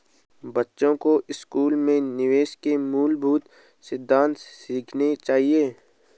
बच्चों को स्कूल में निवेश के मूलभूत सिद्धांत सिखाने चाहिए